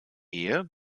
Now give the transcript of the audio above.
ehe